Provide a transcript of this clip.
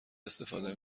استفاده